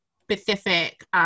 specific